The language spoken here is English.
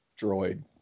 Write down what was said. droid